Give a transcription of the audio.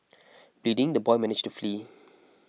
bleeding the boy managed to flee